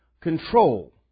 control